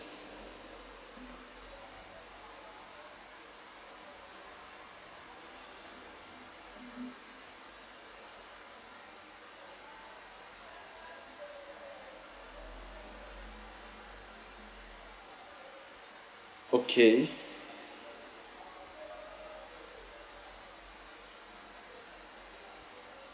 okay